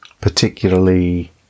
particularly